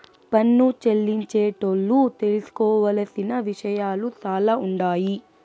పన్ను చెల్లించేటోళ్లు తెలుసుకోవలసిన విషయాలు సాలా ఉండాయి